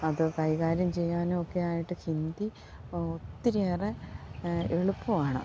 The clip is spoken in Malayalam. അതു കൈ കാര്യം ചെയ്യാനും ഒക്കെയായിട്ട് ഹിന്ദി ഒത്തിരിയേറെ എളുപ്പമാണ്